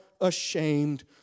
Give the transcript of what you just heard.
ashamed